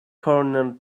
corner